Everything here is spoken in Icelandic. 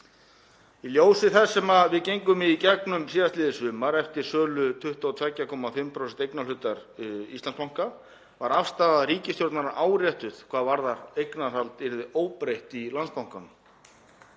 Í ljósi þess sem við gengum í gegnum síðastliðið sumar, eftir sölu 22,5% eignarhlutar Íslandsbanka, var afstaða ríkisstjórnarinnar áréttuð hvað það varðar að eignarhald yrði óbreytt í Landsbankanum.